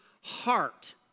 heart